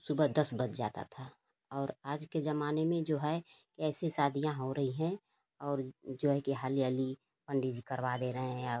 सुबह दस बज जाता था और आज के जमाने में जो है ऐसे शादियाँ हो रही हैं और जो है कि हाली हाली पंडित जी करवा दे रहे हैं और